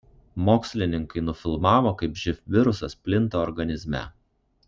mokslininkai nufilmavo kaip živ virusas plinta organizme